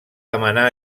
demanar